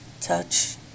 touch